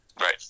Right